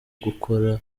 gukora